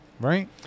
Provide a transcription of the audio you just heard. Right